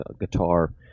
guitar